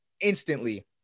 instantly